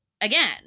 again